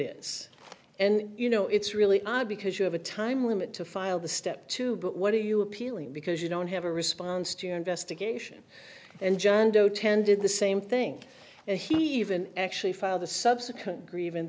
is and you know it's really odd because you have a time limit to file the step too but what are you appealing because you don't have a response to your investigation and john doe ten did the same thing and he even actually filed a subsequent griev